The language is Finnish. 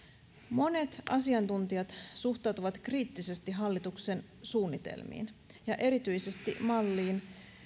monet asiantuntijat suhtautuvat kriittisesti hallituksen suunnitelmiin ja erityisesti malliin